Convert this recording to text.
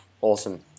Awesome